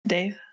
Dave